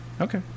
Okay